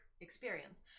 experience